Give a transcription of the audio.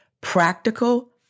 practical